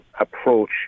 approach